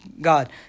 God